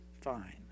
fine